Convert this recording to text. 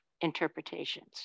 interpretations